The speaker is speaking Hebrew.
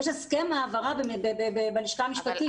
יש הסכם העברת בעלות בלשכה המשפטית.